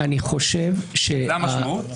זאת המשמעות?